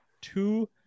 two